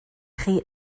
chi